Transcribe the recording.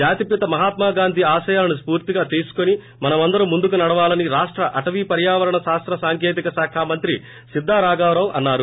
జాతిపిత మహాత్మా గాంధీ ఆశయాలను స్పూర్తిగా తీసుకొని మనందరం ముందుకు నడవాలని రాష్ట అటవీ పర్యావరణ శాస్త సాంకేతిక ్శాఖ మంత్రి సిద్ద రాఘవరావు అన్నారు